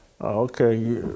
okay